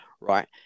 right